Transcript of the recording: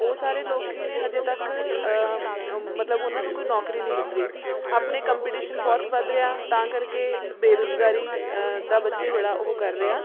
ਉਹ ਸਾਰੇ ਲੋਕ ਕੀ ਨੇ ਹਜੇ ਤੱਕ ਮਤਲਬ ਉਹਨਾਂ ਨੂੰ ਕੋਈ ਨੌਕਰੀ ਨਹੀਂ ਮਿਲ ਰਹੀ ਆਪਣੇ ਕੰਪੀਟੀਸ਼ਨ ਬਹੁਤ ਵੱਧ ਰਿਹਾ ਤਾਂ ਕਰਕੇ ਬੇਰੁਜ਼ਗਾਰੀ ਦਾ ਬੱਚੇ ਬੜਾ ਉਹ ਕਰ ਰਹੇ ਆ